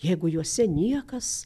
jeigu juose niekas